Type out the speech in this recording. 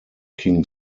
king